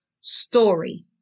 story